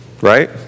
right